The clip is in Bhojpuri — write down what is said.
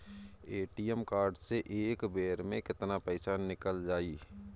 ए.टी.एम कार्ड से एक बेर मे केतना पईसा निकल जाई?